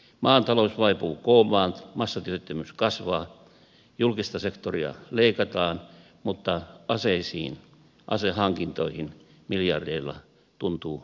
maan talous vaipuu koomaan massatyöttömyys kasvaa julkista sektoria leikataan mutta aseisiin asehankintoihin miljardeilla tuntuu olevan varaa